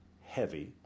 heavy